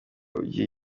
ugize